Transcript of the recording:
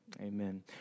amen